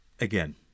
again